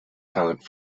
talent